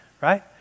Right